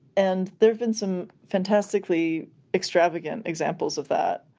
and there have been some fantastically extravagant examples of that,